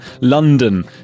London